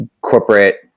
corporate